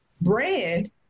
brand